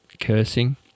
cursing